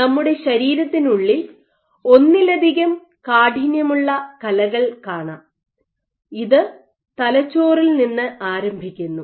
നമ്മുടെ ശരീരത്തിനുള്ളിൽ ഒന്നിലധികം കാഠിന്യമുള്ള കലകൾ കാണാം ഇത് തലച്ചോറിൽ നിന്ന് ആരംഭിക്കുന്നു